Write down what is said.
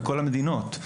בכל המדינות.